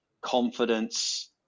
confidence